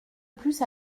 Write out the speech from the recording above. plus